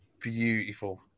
Beautiful